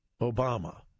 Obama